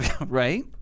Right